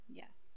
yes